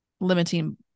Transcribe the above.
limiting